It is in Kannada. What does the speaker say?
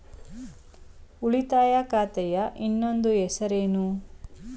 ಉಳಿತಾಯ ಖಾತೆಯ ಇನ್ನೊಂದು ಹೆಸರೇನು?